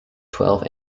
twelve